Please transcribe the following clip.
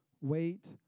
wait